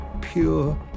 pure